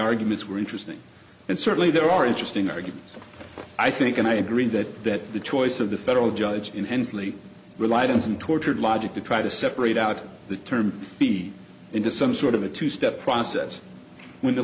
arguments were interesting and certainly there are interesting arguments i think and i agree that the choice of the federal judge in hensley relied on some tortured logic to try to separate out the term feed into some sort of a two step process when the